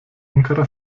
ankara